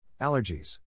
allergies